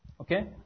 Okay